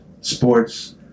sports